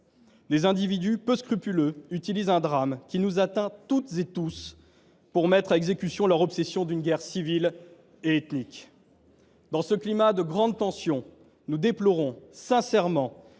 Des individus peu scrupuleux utilisent un drame qui nous atteint toutes et tous pour mettre à exécution leur obsession d’une guerre civile et ethnique. Dans ce climat de grande tension, nous déplorons sincèrement